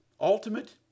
Ultimate